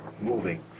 moving